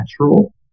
natural